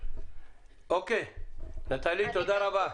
תודה נטלי.